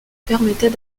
permettait